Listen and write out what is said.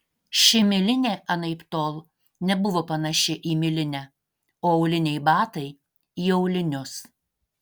ši milinė anaiptol nebuvo panaši į milinę o auliniai batai į aulinius